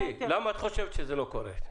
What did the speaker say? למה זה לא קורה?